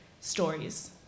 stories